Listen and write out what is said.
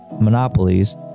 Monopolies